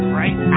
right